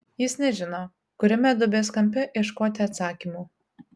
jis nežino kuriame duobės kampe ieškoti atsakymų